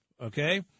Okay